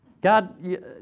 God